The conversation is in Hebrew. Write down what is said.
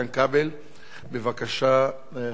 בבקשה, חבר הכנסת הורוביץ.